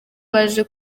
baje